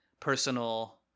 personal